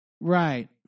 right